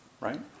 right